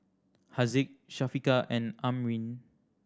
Haziq Syafiqah and Amrin